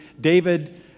David